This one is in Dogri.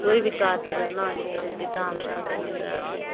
कोई बी कारज करना होऐ कोई निक्की मुट्टी धाम करनी होऐ असें